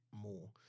more